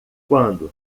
quando